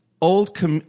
Old